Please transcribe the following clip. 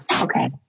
Okay